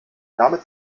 damit